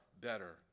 better